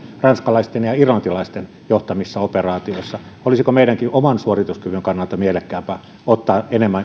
ranskalaisten ja irlantilaisten johtamissa operaatioissa olisiko meidänkin oman suorituskyvyn kannalta mielekkäämpää ottaa enemmän